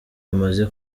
bamaze